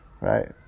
right